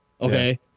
okay